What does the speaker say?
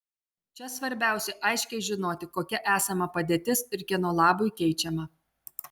čia svarbiausia aiškiai žinoti kokia esama padėtis ir kieno labui keičiama